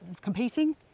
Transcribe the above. competing